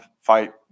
fight